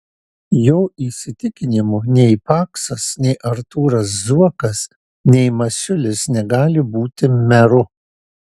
jo įsitikinimu nei paksas nei artūras zuokas nei masiulis negali būti meru